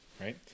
Right